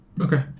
okay